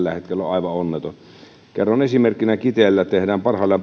hetkellä on aivan onneton kerron esimerkkinä kiteen kaupungin alueella tehdään parhaillaan